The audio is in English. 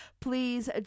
please